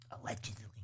Allegedly